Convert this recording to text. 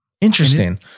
Interesting